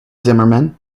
zimmerman